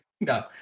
No